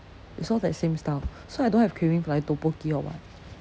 it's all that same style so I don't have craving for like tteokbokki or [what]